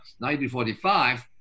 1945